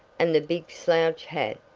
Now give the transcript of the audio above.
and the big slouch hat,